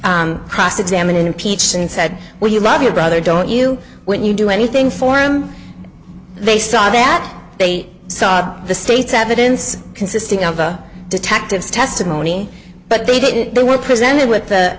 impeached and said well you love your brother don't you when you do anything for him they saw that they saw the state's evidence consisting of a detective's testimony but they didn't they were presented with